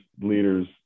leaders